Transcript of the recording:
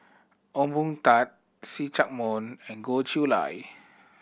Ong Boon Tat See Chak Mun and Goh Chiew Lye